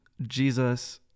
Jesus